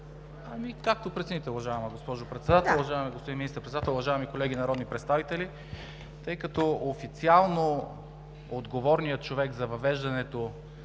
Както прецените, уважаема госпожо Председател. Уважаеми господин Министър-председател, уважаеми колеги народни представители! Тъй като официално отговорният човек за въвеждането